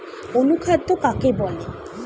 অনুখাদ্য কাকে বলে?